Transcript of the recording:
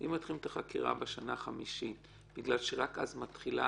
אם מתחילים את החקירה בשנה החמישית בגלל שרק אז מתחילה